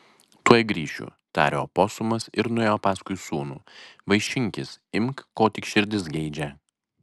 tuoj grįšiu tarė oposumas ir nuėjo paskui sūnų vaišinkis imk ko tik širdis geidžia